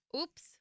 Oops